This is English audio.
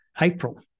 April